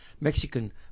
mexican